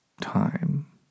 time